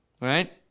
right